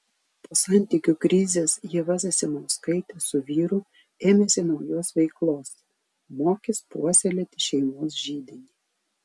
po santykių krizės ieva zasimauskaitė su vyru ėmėsi naujos veiklos mokys puoselėti šeimos židinį